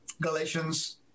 Galatians